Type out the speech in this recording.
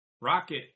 Rocket